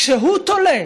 כשהוא תולה